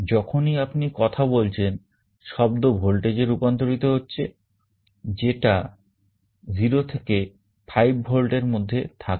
যখনই আপনি কথা বলছেন শব্দ ভোল্টেজ এ রূপান্তরিত হচ্ছে যেটা 0 থেকে 5 ভোল্ট এর মধ্যে থাকে